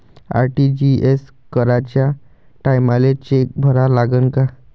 RTGS कराच्या टायमाले cheque भरा लागन का?